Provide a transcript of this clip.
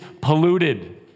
polluted